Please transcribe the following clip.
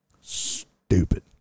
Stupid